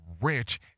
rich